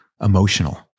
emotional